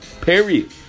Period